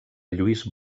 lluís